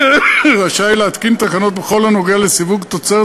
רשאי להתקין תקנות בכל הנוגע לסיווג תוצרת